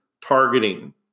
targeting